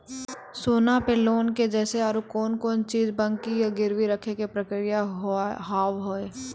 सोना पे लोन के जैसे और कौन कौन चीज बंकी या गिरवी रखे के प्रक्रिया हाव हाय?